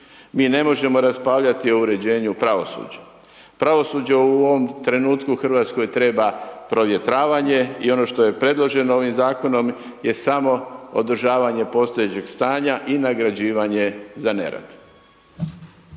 mi ne možemo raspravljati o uređenju pravosuđa. Pravosuđe u ovom trenutku, Hrvatskoj treba provjetravanje i ono što je predloženo ovim zakonom, je samo održavanje postojećeg stanja i nagrađivanje za nerad.